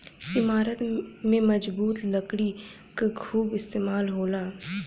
इमारत में मजबूत लकड़ी क खूब इस्तेमाल होला